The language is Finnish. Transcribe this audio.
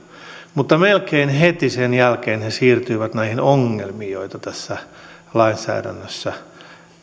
mutta melkein heti sen jälkeen he siirtyivät näihin ongelmiin joita tässä lainsäädännössä